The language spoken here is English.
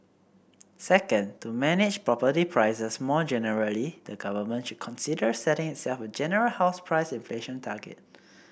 second to manage property prices more generally the government should consider setting itself a general house price inflation target